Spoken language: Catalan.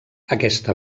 aquesta